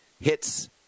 hits